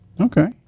Okay